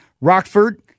Rockford